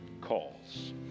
calls